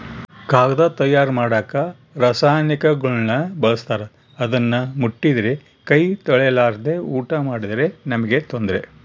ಕಾಗದ ತಯಾರ ಮಾಡಕ ರಾಸಾಯನಿಕಗುಳ್ನ ಬಳಸ್ತಾರ ಅದನ್ನ ಮುಟ್ಟಿದ್ರೆ ಕೈ ತೊಳೆರ್ಲಾದೆ ಊಟ ಮಾಡಿದ್ರೆ ನಮ್ಗೆ ತೊಂದ್ರೆ